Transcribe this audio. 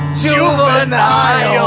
juvenile